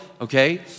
okay